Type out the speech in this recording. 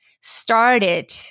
started